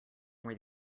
where